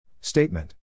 Statement